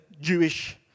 Jewish